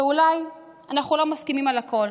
שאולי אנחנו לא מסכימים על הכול,